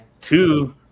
two